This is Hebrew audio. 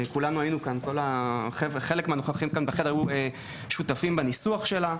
חלק מהנוכחים כאן בחדר היו שותפים בניסוח שלה,